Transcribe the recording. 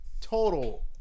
total